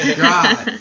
god